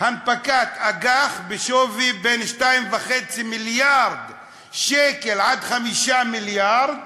אג"ח בשווי של בין 2.5 מיליארד שקל עד 5 מיליארד